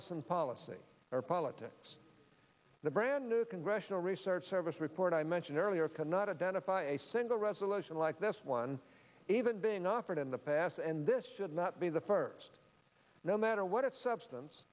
n policy or politics the brand new congressional research service report i mentioned earlier cannot identify a single resolution like this one even being offered in the past and this should not be the first no matter what its substance